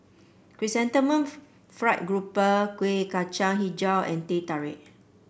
Chrysanthemum Fried Grouper Kuih Kacang hijau and Teh Tarik